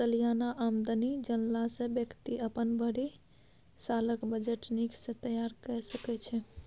सलियाना आमदनी जनला सँ बेकती अपन भरि सालक बजट नीक सँ तैयार कए सकै छै